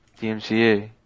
DMCA